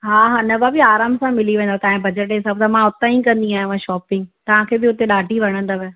हा हा न भाभी आरामु सां मिली वेंदो तव्हांजे बजट जे हिसांब सां मां हुतां ई कंदी आहियां मां शॉपिंग तव्हांखे बि हुते ॾाढी वणंदव